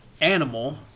animal